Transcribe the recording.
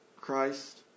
Christ